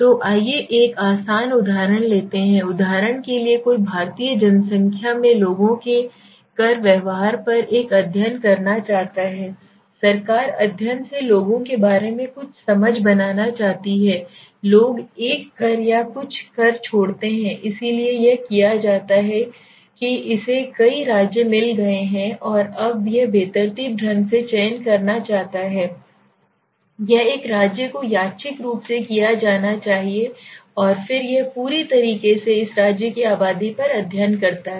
तो आइए एक आसान उदाहरण लेते हैं उदाहरण के लिए कोई भारतीय जनसंख्या में लोगों के कर व्यवहार पर एक अध्ययन करना चाहता है सरकार अध्ययन से लोगों के बारे में कुछ समझ बनाना चाहती है लोग एक कर या कुछ कर छोड़ते हैं इसलिए यह किया जाता है कि इसे कई राज्य मिल गए हैं और अब यह बेतरतीब ढंग से चयन करना चाहता है यह एक राज्य को यादृच्छिक रूप से किया जाना चाहिए और फिर यह पूरी तरह से इस राज्य की आबादी पर अध्ययन करता है